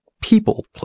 people